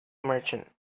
merchant